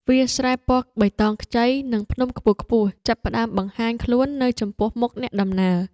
វាលស្រែពណ៌បៃតងខ្ចី និងភ្នំខ្ពស់ៗចាប់ផ្ដើមបង្ហាញខ្លួននៅចំពោះមុខអ្នកដំណើរ។